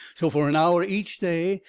so for an hour each day,